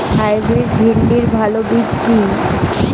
Hybrid ভিন্ডির ভালো বীজ কি?